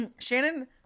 Shannon